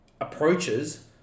approaches